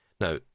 Now